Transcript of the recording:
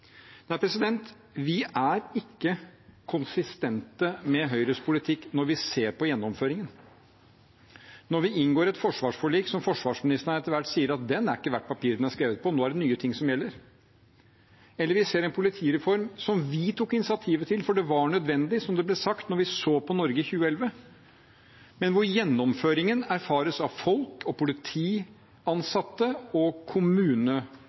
Nei, vi er ikke konsistente med Høyres politikk når vi ser på gjennomføringen. Når vi inngår et forsvarsforlik som forsvarsministeren etter hvert sier ikke er verdt papiret det er skrevet på, for nå er det nye ting som gjelder, eller vi ser en politireform som vi tok initiativet til, for det var nødvendig, som det ble sagt, da vi så på Norge i 2011, men hvor folk, politi, ansatte og kommuneansvarlige erfarer at gjennomføringen